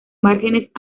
márgenes